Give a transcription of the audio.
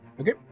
Okay